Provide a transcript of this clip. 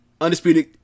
Undisputed